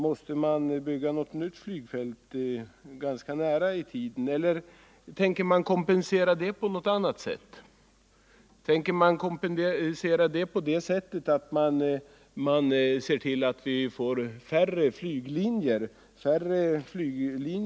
Måste man ganska snart bygga ett nytt flygfält, eller kan man kompensera kraven genom att se till att vi får färre flyglinjer i inrikesflyget?